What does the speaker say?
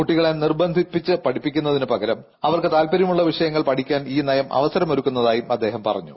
കുട്ടികളെ നിർബന്ധിപ്പിച്ച് പഠിപ്പിക്കുന്നതിനു പകരം അവർക്ക് താൽപര്യമുള്ള വിഷയങ്ങൾ പഠിക്കാൻ ഈ നയം അവസരമൊരുക്കുന്നതായും അദ്ദേഹം പറഞ്ഞു